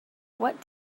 what